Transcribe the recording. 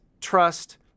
trust